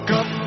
up